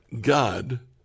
God